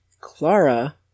Clara